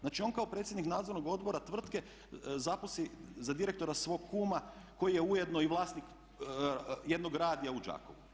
Znači, on kao predsjednik Nadzornog odbora tvrtke zaposli za direktora svog kuma koji je ujedno i vlasnik jednog radija u Đakovu.